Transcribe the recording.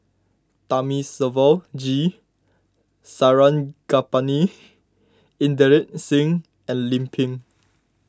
Thamizhavel G Sarangapani Inderjit Singh and Lim Pin